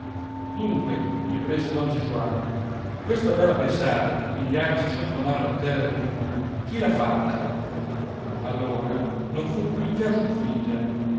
dunque riprese don gesualdo questa bella pensata di pigliarci sottomano le terre del comune chi l'ha fatta allora non fu più il caso di fingere